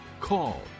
call